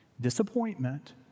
Disappointment